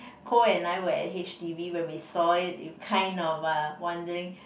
Koh and I were at h_d_b when we saw it you kind of uh wondering